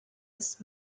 ist